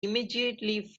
immediately